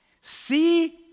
see